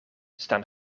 staan